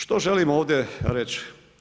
Što želim ovdje reći?